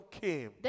came